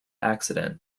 accident